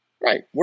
Right